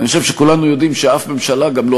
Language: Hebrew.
אני חושב שכולם יודעים שאף ממשלה גם לא